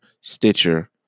Stitcher